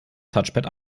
touchpad